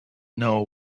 know